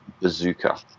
bazooka